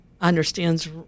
understands